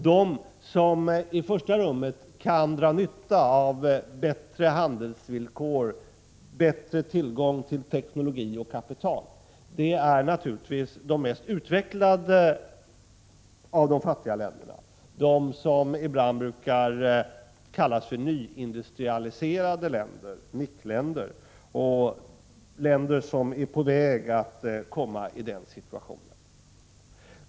De som i första rummet kan dra nytta av bättre handelsvillkor, bättre tillgång till teknologi och kapital är naturligtvis de mest utvecklade av de fattiga länderna, de som ibland brukar kallas för nyindustrialiserade länder, NIC-länder, och länder som är på väg att komma i den situationen.